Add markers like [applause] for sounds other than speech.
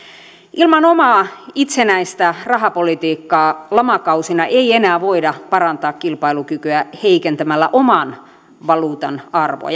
ilman omaa itsenäistä rahapolitiikkaa lamakausina ei enää voida parantaa kilpailukykyä heikentämällä oman valuutan arvoa [unintelligible]